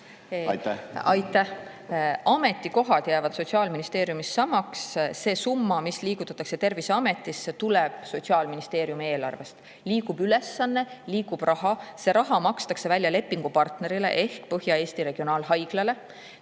kasvab? Aitäh! Ametikohad jäävad Sotsiaalministeeriumis samaks. See summa, mis liigutatakse Terviseametisse, tuleb Sotsiaalministeeriumi eelarvest. Liigub ülesanne, liigub raha, see raha makstakse välja lepingupartnerile ehk Põhja-Eesti Regionaalhaiglale.